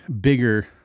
bigger